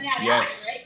Yes